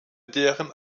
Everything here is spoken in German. deren